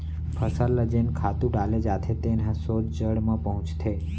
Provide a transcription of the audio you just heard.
फसल ल जेन खातू डाले जाथे तेन ह सोझ जड़ म पहुंचथे